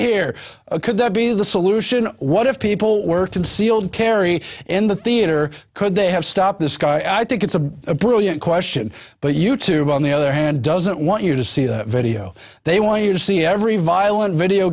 here could that be the solution what if people were concealed carry in the theater could they have stopped this guy i think it's a brilliant question but youtube on the other hand doesn't want you to see the video they want you to see every violent video